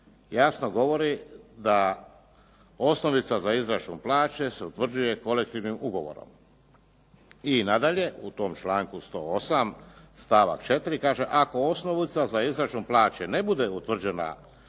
jasno govori da osnovica za izračun plaće se utvrđuje kolektivnim ugovorom. I nadalje u tom članku 108. stavak 4. kaže "ako osnovica za izračun plaće ne bude utvrđena